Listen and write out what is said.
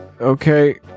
Okay